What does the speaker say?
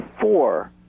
four